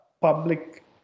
public